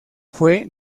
fue